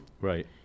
Right